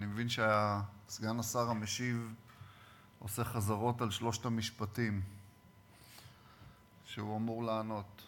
אני מבין שסגן השר המשיב עושה חזרות על שלושת המשפטים שהוא אמור לענות.